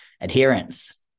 adherence